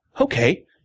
Okay